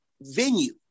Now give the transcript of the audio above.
venue